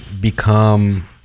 become